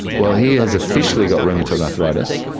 well, he has officially got rheumatoid arthritis.